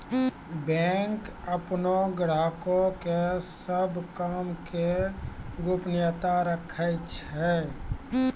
bank अपनो ग्राहको के सभ काम के गोपनीयता राखै छै